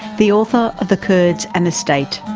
the author of the kurds and the state.